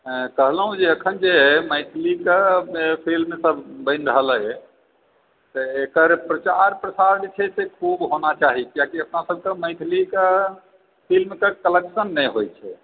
कहलहुँ जे अखन जे मैथिलीके फिल्म सभ बनि रहल अछि तऽ एकर प्रचार प्रसार जे छै से खूब होना चाही किआकि अपना सभ तऽ मैथिलीक फिल्मक कलेक्शन नहि होइत छै